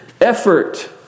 effort